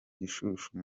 gishushu